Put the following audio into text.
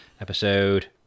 episode